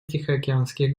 тихоокеанских